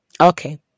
Okay